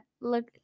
look